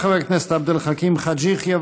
חבר הכנסת עבד אל חכים חאג' יחיא,